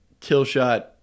Killshot